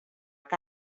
que